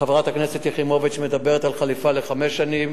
חברת הכנסת יחימוביץ מדברת על חליפה לחמש שנים.